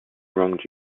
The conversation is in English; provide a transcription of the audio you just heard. wronged